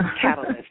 catalyst